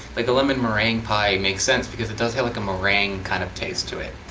like a lemon meringue pie makes sense because it does have like a meringue kind of taste to it.